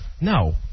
No